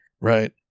right